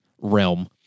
realm